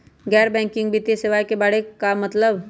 गैर बैंकिंग वित्तीय सेवाए के बारे का मतलब?